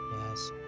Yes